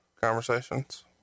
conversations